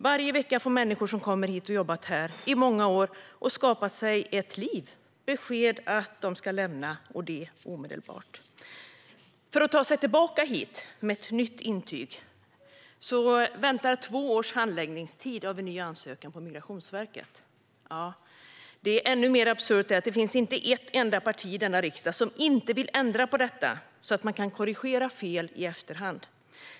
Varje vecka får människor som kommit hit och jobbat här i många år och skapat sig ett liv besked om att de ska lämna landet omedelbart. För att de ska kunna ta sig tillbaka hit med ett nytt intyg väntar två års handläggningstid för en ny ansökan på Migrationsverket. Det som är ännu mer absurt är att det inte finns ett enda parti i denna riksdag som inte vill ändra detta, så att man kan korrigera fel i efterhand.